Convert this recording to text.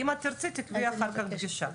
אם את תרצי תקבעי אחר כך פגישה.